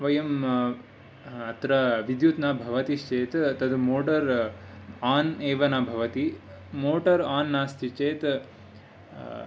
वयम् अत्र विद्युत् न भवति चेत् तद् मोटर् आन् एव न भवति मोटर् आन् नास्ति चेत्